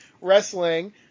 wrestling